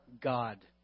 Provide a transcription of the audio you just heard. God